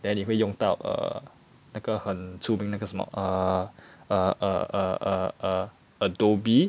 then 你会用到 err 那个很出名那个什么 err a~ a~ a~ a~ a~ Adobe